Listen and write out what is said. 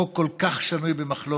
חוק כל כך שנוי במחלוקת,